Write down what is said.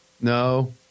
No